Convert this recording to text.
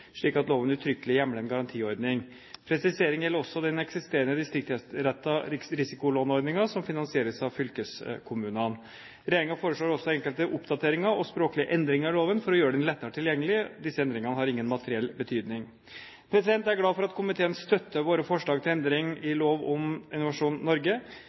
slik at loven uttrykkelig hjemler en garantiordning. Presiseringen gjelder også den eksisterende distriktsrettede risikolåneordningen som finansieres av fylkeskommunene. Regjeringen foreslår også enkelte oppdateringer og språklige endringer i loven for å gjøre den lettere tilgjengelig. Disse endringene har ingen materiell betydning. Jeg er glad for at komiteen støtter våre forslag til endringer i lov om Innovasjon Norge.